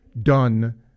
done